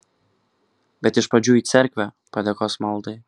bet iš pradžių į cerkvę padėkos maldai